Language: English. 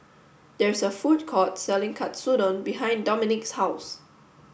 there is a food court selling Katsudon behind Dominik's house